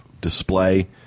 display